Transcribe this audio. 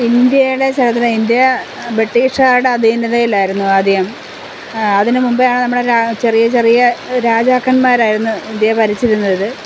ഇന്ത്യയുടെ തിലിന്ത്യ ബ്രിട്ടീഷുകാരുടെ അധീനതയിലായിരുന്നു ആദ്യം അതിനുമുമ്പേയാണ് നമ്മള് ചെറിയ ചെറിയ രാജാക്കന്മാരായിരുന്നു ഇന്ത്യയെ ഭരിച്ചിരുന്നത്